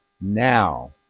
now